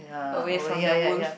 away from the wolf